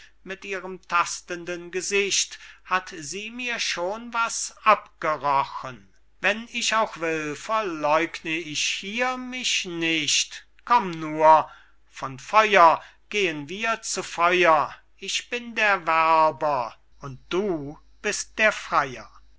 mit ihrem tastenden gesicht hat sie mir schon was abgerochen wenn ich auch will verläugn ich hier mich nicht komm nur von feuer gehen wir zu feuer ich bin der werber und du bist der freyer